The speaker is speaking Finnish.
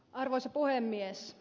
arvoisa puhemies